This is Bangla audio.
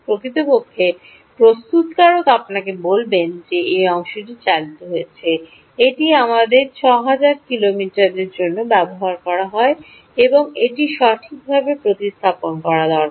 প্রকৃতপক্ষে প্রস্তুতকারক আপনাকে বলবেন যে এই অংশটি চালিত হয়েছে এটি আমাদের 6000 কিলো মিটারের জন্য ব্যবহার করা হয় এবং এটি সঠিকভাবে প্রতিস্থাপন করা দরকার